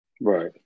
Right